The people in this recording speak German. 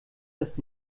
das